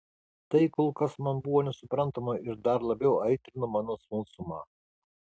tai kol kas man buvo nesuprantama ir dar labiau aitrino mano smalsumą